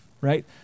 right